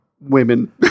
women